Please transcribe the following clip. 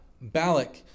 Balak